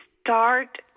start